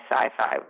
sci-fi